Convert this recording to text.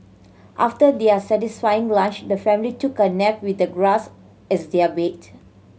after their satisfying lunch the family took a nap with the grass as their bed